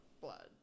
blood